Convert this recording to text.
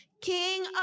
King